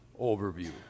overview